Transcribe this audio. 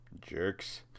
Jerks